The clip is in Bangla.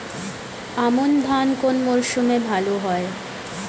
আমন ধান কোন মরশুমে ভাল হয়?